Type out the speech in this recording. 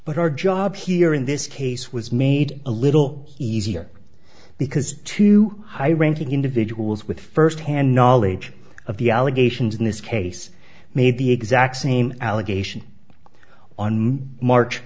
but our job here in this case was made a little easier because two high ranking individuals with firsthand knowledge of the allegations in this case made the exact same allegation on march